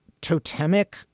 totemic